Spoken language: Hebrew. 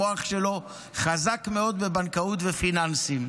המוח שלו חזק מאוד בבנקאות ופיננסים.